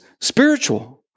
spiritual